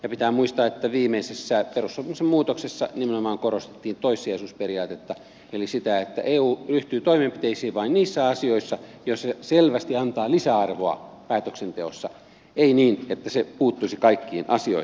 ja pitää muistaa että viimeisessä perussopimuksen muutoksessa nimenomaan korostettiin toissijaisuusperiaatetta eli sitä että eu ryhtyy toimenpiteisiin vain niissä asioissa joissa se selvästi antaa lisäarvoa päätöksenteossa ei niin että se puuttuisi kaikkiin asioihin